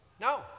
No